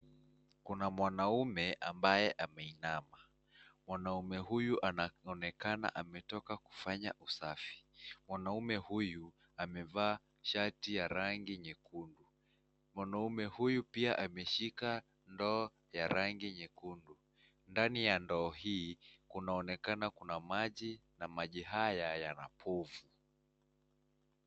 Kuna mwanaume ambaye ameinama ,mwanaume huyu anaonekana ametoka kufanya usafi, mwanaume huyu amevaa shati ya rangi nyekundu. Mwanaume huyu pia ameshika ndoo ya rangi nyekundu, ndani ya ndoo hii kunaonekana kuna maji na maji haya yana povu.